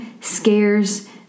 scares